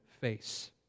face